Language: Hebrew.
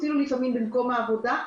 אפילו במקום העבודה,